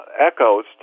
echoes